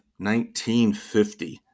1950